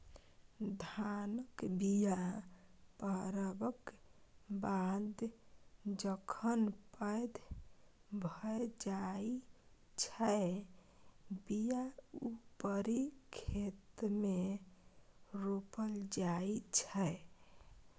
धानक बीया पारबक बाद जखन पैघ भए जाइ छै बीया उपारि खेतमे रोपल जाइ छै